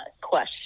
question